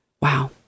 Wow